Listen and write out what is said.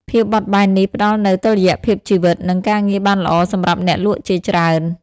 ភាពបត់បែននេះផ្ដល់នូវតុល្យភាពជីវិត និងការងារបានល្អសម្រាប់អ្នកលក់ជាច្រើន។